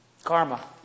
Karma